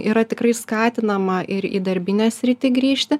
yra tikrai skatinama ir į darbinę sritį grįžti